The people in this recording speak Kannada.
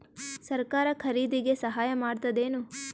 ಸರಕಾರ ಖರೀದಿಗೆ ಸಹಾಯ ಮಾಡ್ತದೇನು?